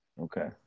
Okay